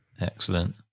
Excellent